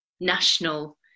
national